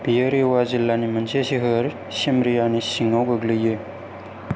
बेयो रीवा जिल्लानि मोनसे सोहोर सिमरियानि सिङाव गोग्लैयो